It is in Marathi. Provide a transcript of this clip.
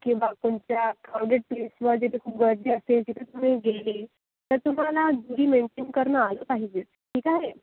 किंवा तुमच्या टॉयलेट सिट्समध्ये खूप गळती असेल तिथे तुम्ही गेले तर तुम्हाला हायजिन मेन्टेन करणे आलं पाहिजे ठीक आहे